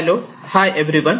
hello hi everyone